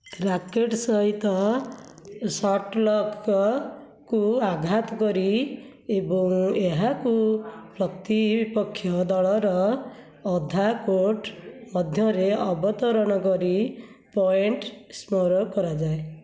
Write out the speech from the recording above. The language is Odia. ରାକେଟ୍ ସହିତ ଶଟଲ୍ କୁ ଆଘାତ କରି ଏବଂ ଏହାକୁ ପ୍ରତିପକ୍ଷ ଦଳର ଅଧା କୋର୍ଟ ମଧ୍ୟରେ ଅବତରଣ କରି ପଏଣ୍ଟ ସ୍କୋର କରାଯାଏ